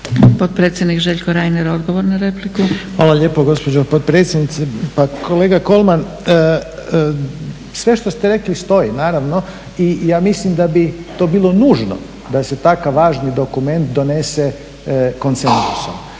potpredsjednik Željko Reiner. **Reiner, Željko (HDZ)** Hvala lijepo gospođo potpredsjednice. Pa kolega Kolman sve što ste rekli stoji naravno i ja mislim da bi to bilo nužno da se takav važni dokument donese konsenzusom.